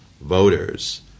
voters